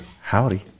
Howdy